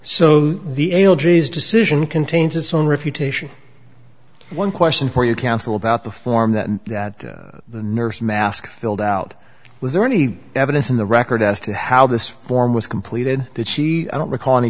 so the ale g s decision contains its own refutation one question for you counsel about the form that the nurse mask filled out was there any evidence in the record as to how this form was completed did she i don't recall any